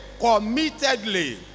committedly